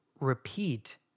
repeat